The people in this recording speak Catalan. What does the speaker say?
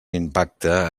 impacte